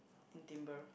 in Timber